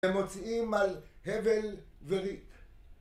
הם מוצאים על הבל וריק